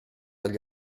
agli